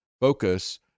focus